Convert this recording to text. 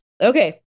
Okay